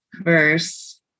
verse